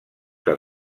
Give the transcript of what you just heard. que